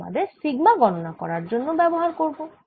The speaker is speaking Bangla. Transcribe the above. এটিই আমরা সিগমা গণনা করার জন্য ব্যবহার করব